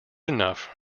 enough